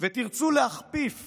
ותרצו להכפיף